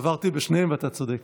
עברתי בשניהם ואתה צודק.